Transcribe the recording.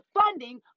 funding